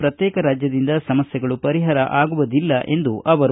ಪ್ರತ್ಯೇಕ ರಾಜ್ಯದಿಂದ ಸಮಸ್ಥೆಗಳು ಪರಿಹಾರ ಆಗುವುದಿಲ್ಲ ಎಂದರು